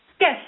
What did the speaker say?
Yes